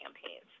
campaigns